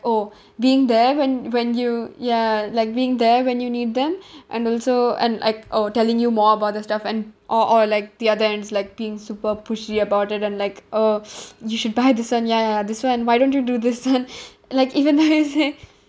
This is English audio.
oh being there when when you ya like being there when you need them and also and like oh telling you more about their stuff and or or like the other end's like being super pushy about it and like oh you should buy this one ya ya ya this one why don't you do this one like even know what I'm what saying